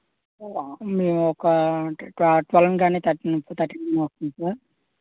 మేము ఒక ట ట్వెల్వ్ని గానీ తర్టీన్ తర్టీన్ గానీ వస్తాం సార్